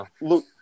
look